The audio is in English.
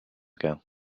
ago